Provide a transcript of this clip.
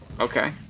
Okay